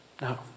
No